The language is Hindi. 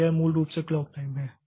तो यह मूल रूप से क्लॉक टाइम है